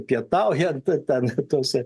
pietaujant ten tose